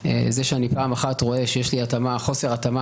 זה שאני פעם אחת רואה שיש לי חוסר התאמה